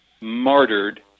martyred